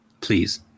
Please